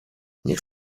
niech